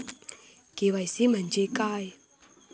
KYC म्हणजे काय?